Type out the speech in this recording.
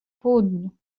południu